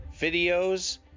videos